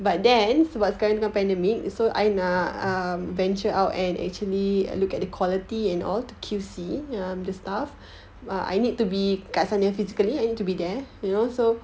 (uh huh)